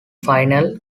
final